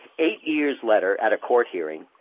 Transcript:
eight years later, at a court hearing,